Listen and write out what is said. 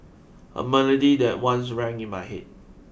a melody that once rang in my head